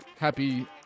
Happy